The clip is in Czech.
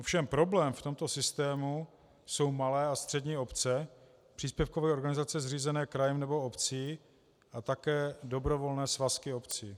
Ovšem problém v tomto systému jsou malé a střední obce, příspěvkové organizace zřízené krajem nebo obcí a také dobrovolné svazky obcí.